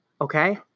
okay